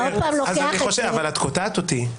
אתה לוקח את זה- - את קוטעת אותי.